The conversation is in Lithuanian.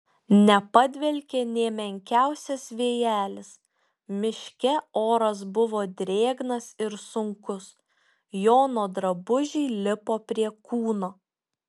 nepadvelkė nė menkiausias vėjelis miške oras buvo drėgnas ir sunkus jono drabužiai lipo prie kūno